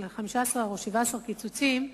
של 15 או 17 קיצוצים,